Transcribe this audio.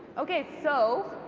okay so,